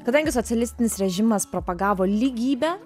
kadangi socialistinis režimas propagavo lygybę